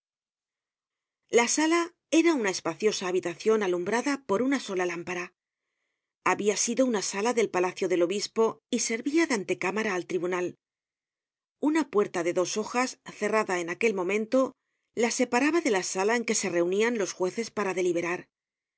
la sala era una espaciosa habitacion alumbrada por una sola lámpara habia sido una sala del palacio del obispo y servia de antecámara al tribunal una puerta de dos hojas cerrada en aquel momento la separaba de la sala en que se reunian lós jueces para deliberar